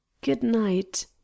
Good-night